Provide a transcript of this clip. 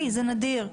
זה נדיר.